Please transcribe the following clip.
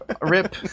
rip